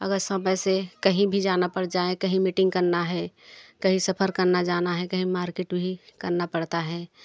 अगर समय से कही भी जाना पड़ जाएँ कही मीटिंग करना है कहीं सफर करना जाना है कहीं मार्केट भी करना पड़ता है